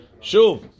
Shuv